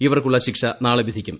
ഇവർക്കുള്ള ശിക്ഷ നാളെ വിധിക്കും